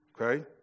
Okay